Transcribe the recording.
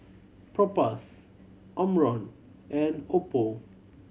Propass Omron and Oppo